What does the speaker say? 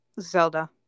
Zelda